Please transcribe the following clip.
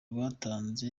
rwatanze